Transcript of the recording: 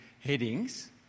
headings